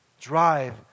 drive